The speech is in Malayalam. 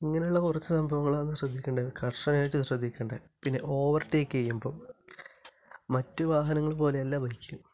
ഇങ്ങനെയുള്ള കുറച്ചു സംഭവങ്ങളാണ് ശ്രദ്ധിക്കേണ്ടത് കര്ശനമായിട്ടും ശ്രദ്ധിക്കേണ്ടത് പിന്നെ ഓവര്ടേക്ക് ചെയ്യുമ്പോൾ മറ്റു വാഹനങ്ങള് പോലെയല്ല ബൈക്ക്